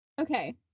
okay